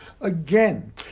again